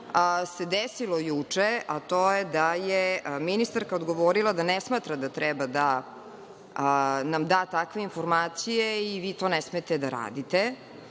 se desilo juče, a to je da je ministarka odgovorila da ne smatra da treba da nam da takve informacije, vi to ne smete da radite.